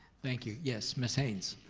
thank you. yes, miss haynes.